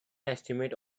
estimate